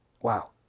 Wow